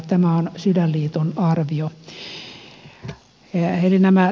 tämä on sydänliiton arvio